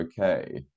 okay